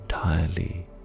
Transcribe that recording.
Entirely